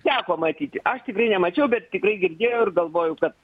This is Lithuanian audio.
teko matyti aš tikrai nemačiau bet tikrai girdėjau ir galvoju kad